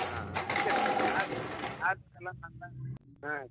ஆ ஆ இல்லை sir class class எல்லாம் நல்லா ஆ